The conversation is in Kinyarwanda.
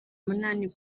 munani